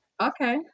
Okay